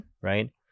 Right